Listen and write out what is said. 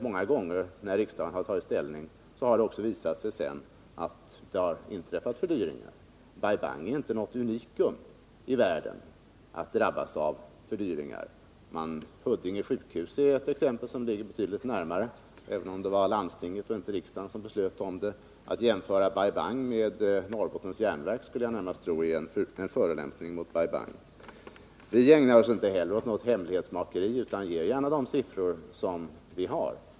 Många gånger när riksdagen har tagit ställning har det visat sig sedan att det har inträffat fördyringar. Bai Bang är inte något unikum i världen när det gäller att drabbas av fördyringar. Huddinge sjukhus är ett exempel som ligger betydligt närmare, även om det var landstinget och inte riksdagen som beslöt om det. Att jämföra Bai Bang med Norrbottens Järnverk skulle jag närmast tro är en förolämpning mot Bai Bang. Vi ägnar oss inte heller åt något hemlighetsmakeri och lämnar gärna ut de siffror vi har.